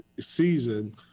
season